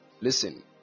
listen